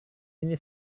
ini